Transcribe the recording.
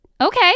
okay